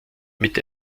mit